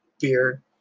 beer